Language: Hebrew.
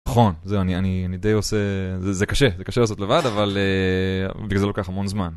נכון, זה אני אני אני די עושה... זה קשה, זה קשה לעשות לבד, אבל בגלל זה לוקח המון זמן.